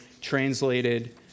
translated